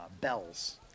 bells